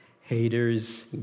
Haters